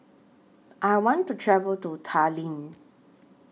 I want to travel to Tallinn